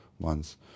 ones